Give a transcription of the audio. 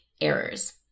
errors